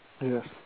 Yes